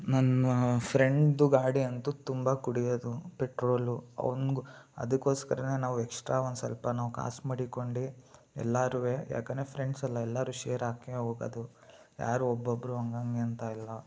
ನನ್ನ ಫ್ರೆಂಡ್ದು ಗಾಡಿ ಅಂತೂ ತುಂಬ ಕುಡಿಯೋದು ಪೆಟ್ರೋಲು ಅವನಿಗೂ ಅದಕ್ಕೋಸ್ಕರವೇ ನಾವು ಎಕ್ಸ್ಟ್ರಾ ಒಂದು ಸ್ವಲ್ಪ ನಾವು ಕಾಸು ಮಡಿಕ್ಕೊಂಡು ಎಲ್ಲಾರುವೇ ಯಾಕೆಂದ್ರೆ ಫ್ರೆಂಡ್ಸಲ್ಲ ಎಲ್ಲರೂ ಶೇರ್ ಹಾಕಿಯೇ ಹೋಗೊದು ಯಾರೋ ಒಬ್ಬೊಬ್ರು ಹಂಗಂಗೆಂತಯಿಲ್ಲ